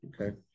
Okay